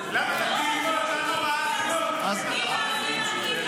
אבל תסביר למה לפיד נתן לכם הוראה לא?